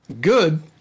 good